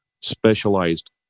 specialized